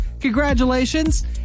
congratulations